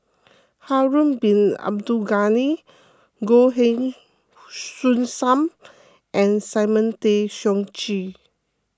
Harun Bin Abdul Ghani Goh Heng Soon Sam and Simon Tay Seong Chee